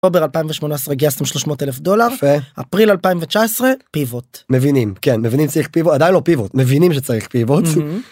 אובר 2018 גייסתם 300 אלף דולר אפריל 2019 פיבוט מבינים כן מבינים צריך פיבוט עדיין לא פיבוט מבינים שצריך פיבוט.